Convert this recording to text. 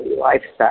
lifestyle